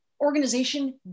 organization